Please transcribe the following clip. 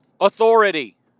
authority